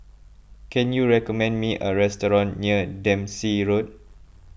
can you recommend me a restaurant near Dempsey Road